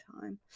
time